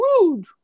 rude